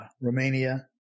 Romania